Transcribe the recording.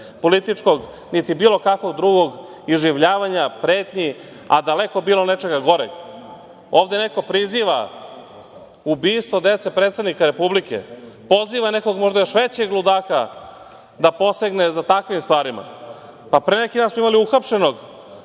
političkog niti bilo kakvog drugog iživljavanja, pretnji, a daleko bilo nečega goreg. Ovde neko priziva ubistvo dece predsednika Republike. Poziva, možda još većeg ludaka da posegne za takvim stvarima. Pre neki dan smo imali uhapšenog